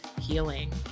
healing